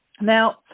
Now